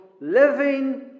living